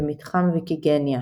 במיזם ויקיגניה